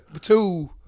Two